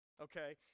Okay